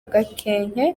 gakenke